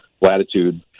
latitude